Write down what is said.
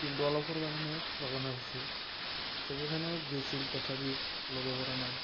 কিন্তু অলপৰ কাৰণে ল'ব নোৱাৰিছিল চেমি ফাইনেলত গৈছিল তথাপি ল'ব পৰা নাই